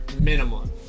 minimum